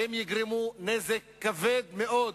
והן יגרמו נזק כבד מאוד,